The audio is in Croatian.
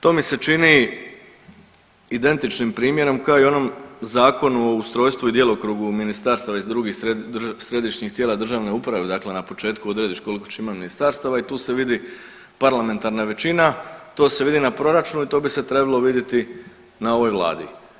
To mi se čini identičnim primjerom kao i onom Zakonu o ustrojstvu i djelokrugu ministarstava i drugih središnjih tijela državne uprave, dakle na početku odrediš koliko ćeš imati ministarstava i tu se vidi parlamentarna većina, to se vidi na proračuni i to bi se trebalo vidjeti na ovoj vladi.